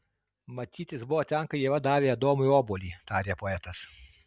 matyt jis buvo ten kai ieva davė adomui obuolį tarė poetas